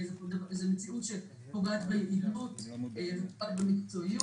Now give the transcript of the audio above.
זו מציאות שפוגעת ביעילות ובמקצועיות